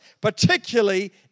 particularly